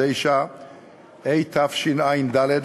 59 והוראת שעה),